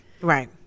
right